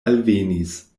alvenis